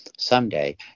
Someday